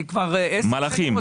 מלאכים.